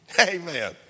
Amen